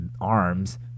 Arms